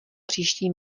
příští